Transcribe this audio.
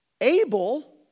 Abel